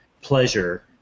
pleasure